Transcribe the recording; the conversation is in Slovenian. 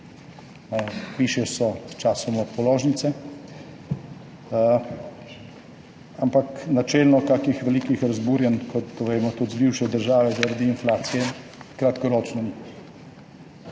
višje so sčasoma položnice. Ampak načelno kakih velikih razburjenj, kot to vemo tudi iz bivše države, zaradi inflacije kratkoročno ni.